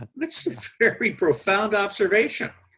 that's a very profound observation.